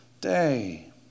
day